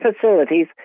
facilities